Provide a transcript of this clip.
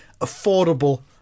affordable